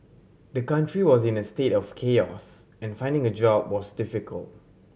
the country was in a state of chaos and finding a job was difficult